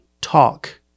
Talk